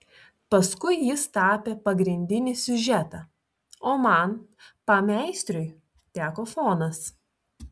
paskui jis tapė pagrindinį siužetą o man pameistriui teko fonas